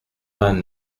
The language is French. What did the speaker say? vingt